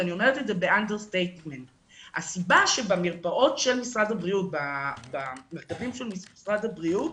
הסיבה שבמרכזים של משרד הבריאות